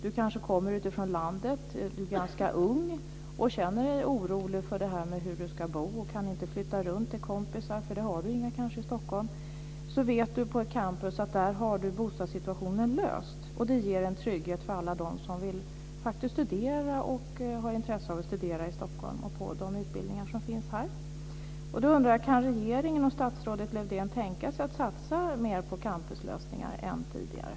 Du kanske kommer utifrån landet. Du är ganska ung och känner dig orolig för det här med hur du ska bo. Du kan inte flytta runt till kompisar, för det har du kanske inga i Stockholm. Då vet du på ett campus att där har du bostadssituationen löst. Det ger en trygghet för alla dem som faktiskt vill studera, och som har ett intresse av att studera i Stockholm på de utbildningar som finns här. Lövdén tänka sig att satsa mer på campuslösningar än tidigare?